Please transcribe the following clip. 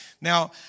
Now